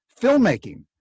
filmmaking